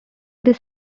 this